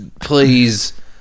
Please